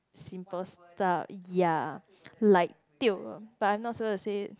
simple stuff ya like tio but I'm not supposed to say